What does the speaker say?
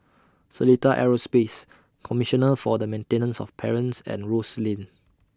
Seletar Aerospace Commissioner For The Maintenance of Parents and Rose Lane